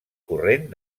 corrent